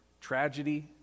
tragedy